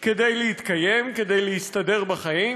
כדי להתקיים, כדי להסתדר בחיים?